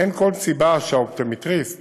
אין כל סיבה שהאופטומטריסט